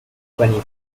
twenty